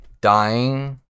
Dying